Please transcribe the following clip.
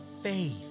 faith